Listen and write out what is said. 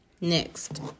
Next